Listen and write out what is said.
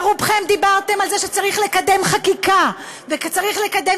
ורובכם דיברתם על זה שצריך לקדם חקיקה וצריך לקדם